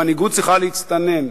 המנהיגות צריכה להצטנן.